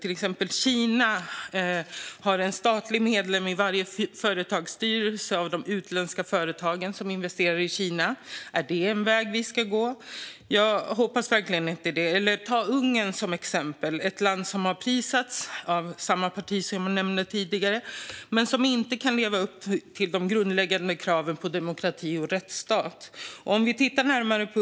Kina har till exempel en statlig medlem i varje företagsstyrelse för de utländska företag som investerar i Kina. Är det en väg vi ska gå? Jag hoppas verkligen inte det. Ungern är ett annat exempel. Det är ett land som har prisats av samma parti som jag nämnde tidigare men som inte kan leva upp till de grundläggande kraven på en demokrati och rättsstat.